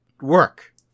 work